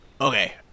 Okay